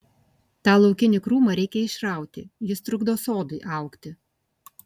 tą laukinį krūmą reikia išrauti jis trukdo sodui augti